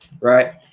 right